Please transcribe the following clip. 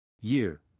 Year